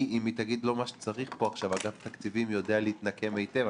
אם היא לא תגיד מה שצריך פה עכשיו אגף תקציבים יודע להתנקם היטב,